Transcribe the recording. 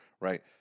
right